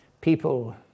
people